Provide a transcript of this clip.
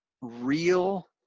real